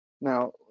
Now